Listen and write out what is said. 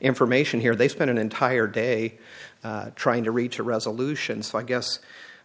information here they spent an entire day trying to reach a resolution so i guess